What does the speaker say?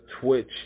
Twitch